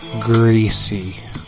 greasy